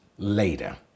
Later